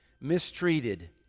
mistreated